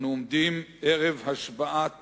אנו עומדים ערב השבעת